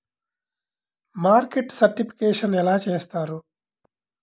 Market certification ఎలా చేస్తారు?